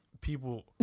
people